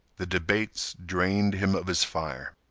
the debates drained him of his fire.